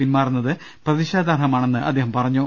പിന്മാറുന്നത് പ്രതിഷേധാർഹമാണെന്ന് അദ്ദേഹം പറഞ്ഞു